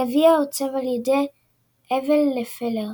הגביע עוצב על ידי אבל לפלר.